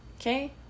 Okay